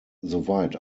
soweit